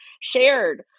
shared